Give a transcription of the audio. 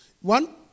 one